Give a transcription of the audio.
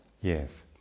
Yes